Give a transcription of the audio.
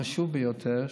חשוב ביותר,